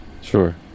sure